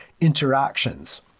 interactions